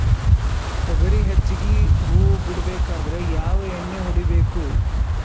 ತೊಗರಿ ಹೆಚ್ಚಿಗಿ ಹೂವ ಬಿಡಬೇಕಾದ್ರ ಯಾವ ಎಣ್ಣಿ ಹೊಡಿಬೇಕು?